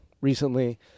recently